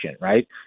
right